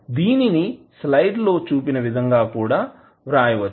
దీనిని స్లైడ్స్ లో చూపిన విధంగా కూడా వ్రాయవచ్చు